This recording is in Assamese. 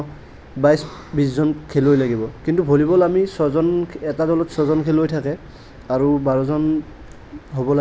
বাইছ বিছজন খেলিৱৈ লাগিব কিন্তু ভলীবল আমি ছয়জন এটা দলত ছয়জনকে থাকে আৰু বাৰজন হ'ব লাগে